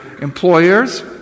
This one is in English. employers